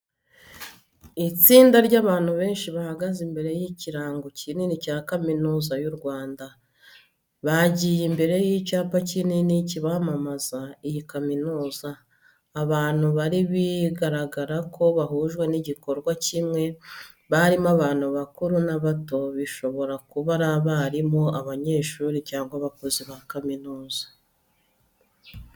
Itsinda ry’abantu benshi bahagaze imbere y’ikirango kinini cya Kaminuza y’u Rwanda. Bagiye imbere y’icyapa kinini kibamamaza iyi kaminuza. Abantu bari bigaragarako bahujwe n'igikorwa kimwe barimo abantu bakuru n’abato, bishobora kuba abarimu, abanyeshuri, cyangwa abakozi ba kaminuza.